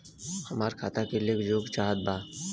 हमरा खाता के लेख जोखा चाहत बा?